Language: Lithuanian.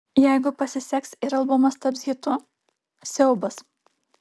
jeigu pasiseks ir albumas taps hitu siaubas